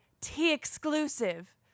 T-exclusive